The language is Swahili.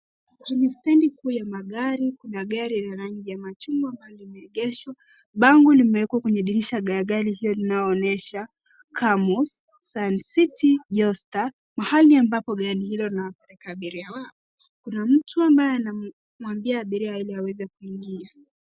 Kwenye stendi kuu ya magari, kuna magari ya rangi ya machungwa ambalo limeegeshwa. Bango limewekwa kwenye dirisha la gari hiyo linayoonyesha Kamos, San City, Josta, mahali ambapo gari hilo linapeleka abiria wao. Kuna mtu ambaye anamwambia abiria ili aweze kuingia.